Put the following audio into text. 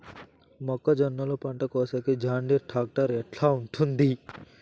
మొక్కజొన్నలు పంట కోసేకి జాన్డీర్ టాక్టర్ ఎట్లా ఉంటుంది?